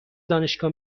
دانشگاه